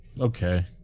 Okay